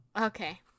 Okay